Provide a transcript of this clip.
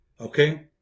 Okay